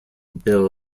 bill